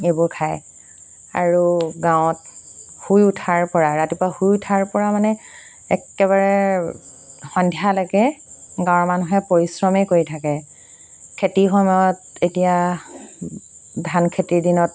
এইবোৰ খায় আৰু গাঁৱত শুই উঠাৰ পৰা ৰাতিপুৱা শুই উঠাৰ পৰা মানে একেবাৰে সন্ধিয়ালৈকে গাঁৱৰ মানুহে পৰিশ্ৰমেই কৰি থাকে খেতি সময়ত এতিয়া ধান খেতিৰ দিনত